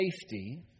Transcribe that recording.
safety